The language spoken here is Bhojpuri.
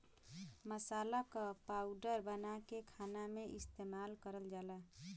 मसाला क पाउडर बनाके खाना में इस्तेमाल करल जाला